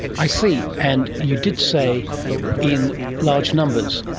i see. and you did say in large numbers.